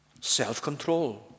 Self-control